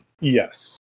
Yes